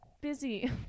busy